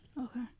Okay